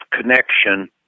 connection